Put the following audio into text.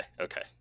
Okay